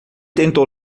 tentou